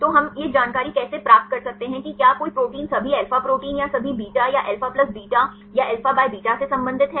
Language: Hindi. तो हम यह जानकारी कैसे प्राप्त कर सकते हैं कि क्या कोई प्रोटीन सभी अल्फा प्रोटीन या सभी बीटा या अल्फा प्लस बीटा या अल्फा बाय बीटा से संबंधित है